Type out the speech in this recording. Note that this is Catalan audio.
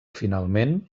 finalment